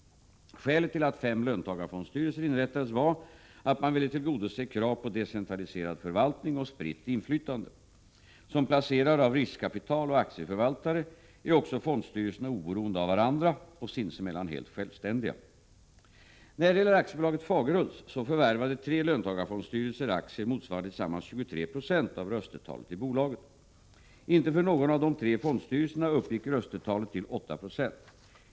Skälet till att fem löntagarfondsstyrelser inrättades var att man ville tillgodose krav på decentraliserad förvaltning och spritt inflytande. Som placerare av riskkapital och aktieförvaltare är också fondstyrelserna oberoende av varandra och sinsemellan helt självständiga. När det gäller AB Fagerhults så förvärvade tre löntagarfondsstyrelser aktier motsvarande tillsammans 23 6 av röstetalet i bolaget. Inte för någon av de tre fondstyrelserna uppgick röstetalet till 8 70.